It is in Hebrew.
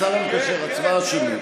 השר המקשר, הצבעה שמית.